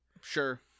Sure